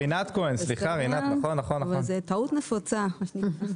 זו טעות נפוצה.